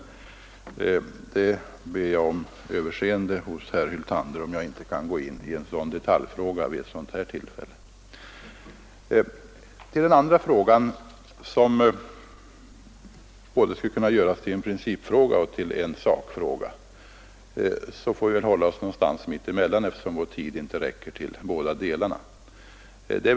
Jag ber herr Hyltander om överseende för att jag inte kan gå in på en sådan detaljfråga vid detta tillfälle. Den andra frågan skulle kunna göras både till en principfråga och till en sakfråga, och vi får väl hålla oss någonstans mitt emellan, eftersom vår tid inte räcker till för att diskutera frågan ur båda synpunkterna.